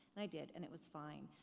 and i did, and it was fine.